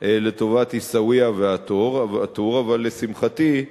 לטובת עיסאוויה וא-טור, אבל לשמחתי,